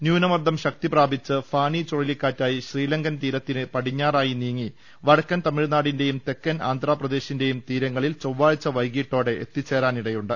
ന്യൂനമർദ്ദം ശക്തിപ്രാപിച്ച് ഫാനി ചുഴലിക്കാറ്റായി ശ്രീലങ്കൻ തീരത്തിന് പടിഞ്ഞാറായി നീങ്ങി വടക്കൻ തമിഴ്നാടിന്റെയും തെക്കൻ ആന്ധ്രാപ്രദേശിന്റെയും തീര ങ്ങളിൽ ചൊവ്വാഴ്ച വൈകീട്ടോടെ എത്തിച്ചേരാനിടയുണ്ട്